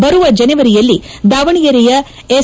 ಬರುವ ಜನವರಿಯಲ್ಲಿ ದಾವಣಗೆರೆಯ ಎಸ್